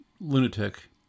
lunatic